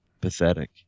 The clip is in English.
pathetic